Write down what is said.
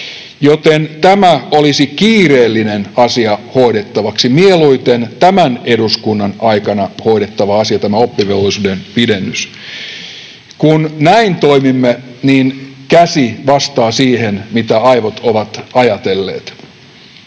pidennys olisi kiireellinen asia hoidettavaksi, mieluiten tämän eduskunnan aikana hoidettava asia. Kun näin toimimme, niin käsi vastaa siihen, mitä aivot ovat ajatelleet.